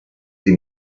die